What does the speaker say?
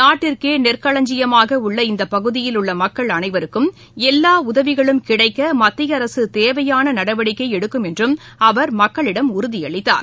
நாட்டிற்கே நெற்களஞ்சியமாக உள்ள இந்த பகுதியில் உள்ள மக்கள் அனைவருக்கும் எல்லா உதவிகளும் கிடைக்க மத்திய அரசு தேவையான நடவடிக்கை எடுக்கும் என்றும் அவர் மக்களிடம் உறுதியளித்தார்